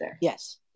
yes